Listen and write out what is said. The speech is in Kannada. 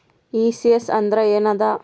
ಈ.ಸಿ.ಎಸ್ ಅಂದ್ರ ಏನದ?